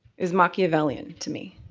is machiavellian to me,